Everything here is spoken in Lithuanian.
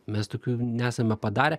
mes tokių nesame padarę